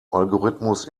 algorithmus